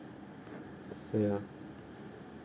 ya